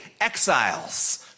exiles